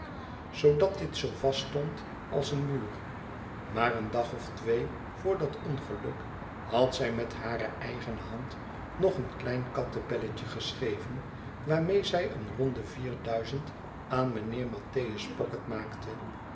zoodat dit zoo vast stond als een muur maar een dag of twee voor dat ongeluk had zij met hare eigene hand nog een klein kattebelletje geschreven waarmee zij eenrondevierduizendaan mynheer mattheiis pocket maakte